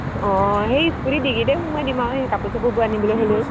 অঁ সেই স্কুটিৰ ডিগ্গিতে সোমাই দিম আৰু সেই কাপোৰ চাপোৰ বোৰ আনিবলৈ হ'লেও